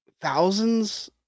thousands